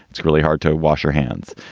it's really hard to wash your hands.